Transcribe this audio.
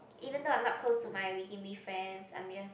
even though I'm not close to my wee kim wee friends I'm just